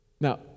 Now